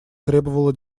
требовала